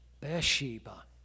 Bathsheba